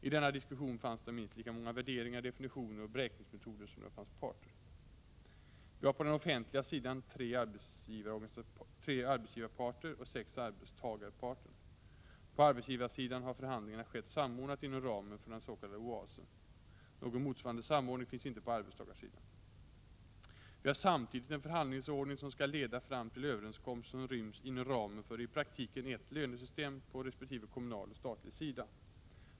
I denna diskussion fanns det minst lika många värderingar, definitioner och beräkningsmetoder som det fanns parter. —- Vi har på den offentliga sidan tre arbetsgivarparter och sex arbetstagarparter. På arbetsgivarsidan har förhandlingarna skett samordnat inom ramen för den s.k. OAS-en. Någon motsvarande samordning finns inte på arbetstagarsidan. —- Vi har samtidigt en förhandlingsordning som skall leda fram till överenskommelser som ryms inom ramen för i praktiken ett lönesystem på resp. kommunal och statlig sida.